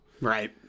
Right